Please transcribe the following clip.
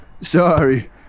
sorry